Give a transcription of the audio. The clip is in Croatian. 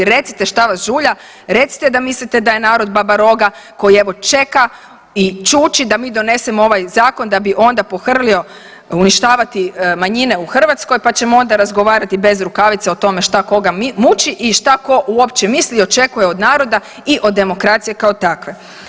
Recite šta vas žulja, recite da mislite da je narod babaroga koji evo čeka i čuči da mi donesemo ovaj zakon da bi onda pohrlio uništavati manjine u Hrvatskoj pa ćemo onda razgovarati bez rukavica o tome šta koga muči i šta ko uopće misli i očekuje od naroda i od demokracije kao takve.